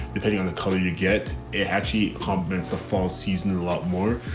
depending on the color you get, it actually competence a fall season and a lot more.